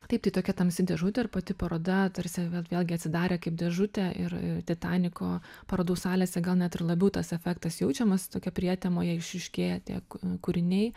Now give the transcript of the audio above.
taip tai tokia tamsi dėžutė ir pati paroda tarsi vėl vėlgi atsidarė kaip dėžutė ir titaniko parodų salėse gal net ir labiau tas efektas jaučiamas tokia prietemoje išryškėja tiek kūriniai